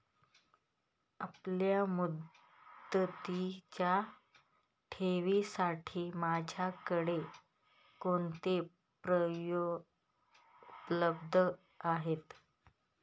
अल्पमुदतीच्या ठेवींसाठी माझ्याकडे कोणते पर्याय उपलब्ध आहेत?